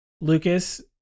Lucas